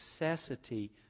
necessity